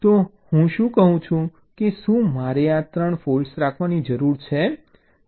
તો હું શું કહું છું કે શું મારે આ ત્રણ ફૉલ્ટ રાખવાની જરૂર છે